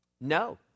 No